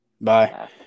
Bye